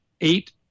eight